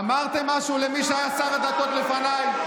אמרתם משהו למי שהיה שר הדתות לפניי?